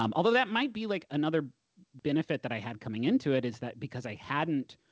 um although that might be like another benefit that i had coming into it, is that because i hadn't